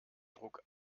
druck